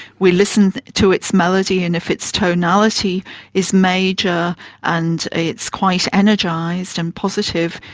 we listen to its melody, and if its tonality is major and it's quite energised and positive,